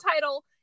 title